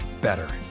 better